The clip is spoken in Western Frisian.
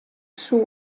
soe